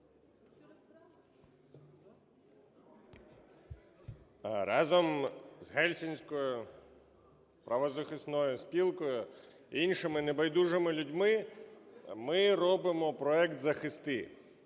Разом з Ґельсінською правозахисною спілкою, іншими небайдужими людьми ми робимо проект "Захисти".